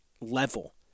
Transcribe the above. level